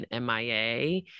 mia